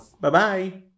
Bye-bye